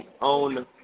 own